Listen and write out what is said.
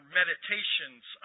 meditations